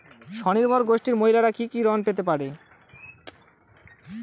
স্বনির্ভর গোষ্ঠীর মহিলারা কি কি ঋণ পেতে পারে?